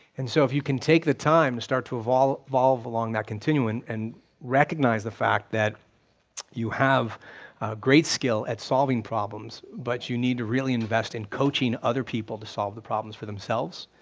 and so if you can take the time to start to evolve evolve along that continuum and recognize the fact that you have a great skill at solving problems, but you need to really invest in coaching other people to solve the problems for themselves,